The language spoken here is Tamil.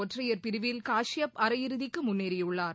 ஒற்றையர் பிரிவில் காஷ்யப் அரையிறுதிக்கு முன்னேறியுள்ளார்